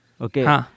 Okay